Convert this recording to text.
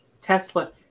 Tesla